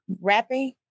rapping